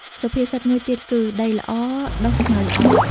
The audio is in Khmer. សុភាសិតមួយទៀតគឺ "ដីល្អ ដុះស្មៅល្អ"